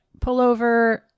pullover